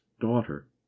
daughter